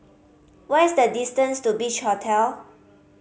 what is the distance to Beach Hotel